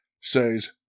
says